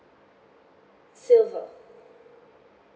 silver